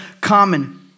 common